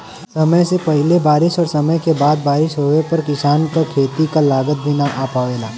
समय से पहिले बारिस और समय के बाद बारिस होवे पर किसान क खेती क लागत भी न आ पावेला